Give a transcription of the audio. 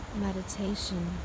meditation